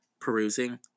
perusing